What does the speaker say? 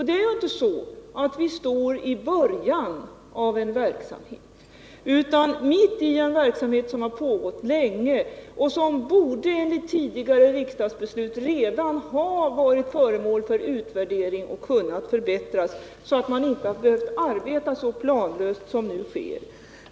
Det är inte så att vi står i början av en verksamhet, utan det är fråga om en verksamhet som har pågått länge och som enligt tidigare riksdagsbeslut redan borde ha varit föremål för utvärdering och kunnat förbättras, så att man inte behövt arbeta så planlöst som nu sker.